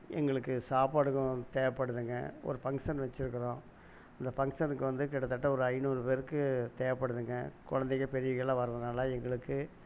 எங்களுக்கு சாப்பாடுகும் தேவைபடுதுங்க ஒரு பங்சன் வச்சுருக்கறோம் அந்த பங்சனுக்கு வந்து கிட்டதட்ட ஒரு ஐநூறு பேருக்கு தேவைபடுதுங்க குழந்தைங்க பெரியவைங்கலாம் வரதுனால எங்களுக்கு